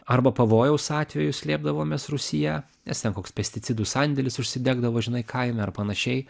arba pavojaus atveju slėpdavomės rusyje nes ten koks pesticidų sandėlis užsidegdavo žinai kaime ir panašiai